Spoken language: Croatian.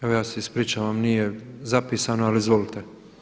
Evo ja se ispričavam nije zapisano, ali izvolite.